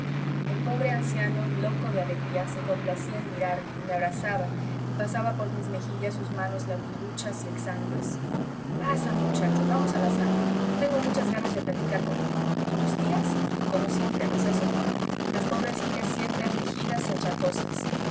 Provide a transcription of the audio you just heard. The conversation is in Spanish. el pobre anciano loco de alegría se complacía en mirarme y me abrazaba y pasaba por mis mejillas sus manos larguiluchas y exangües pasa muchacho vamos a la sala tengo muchas ganas de platicar contigo y tus tías como siempre no es eso las pobrecillas siempre afligidas y achacosas